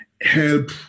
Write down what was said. help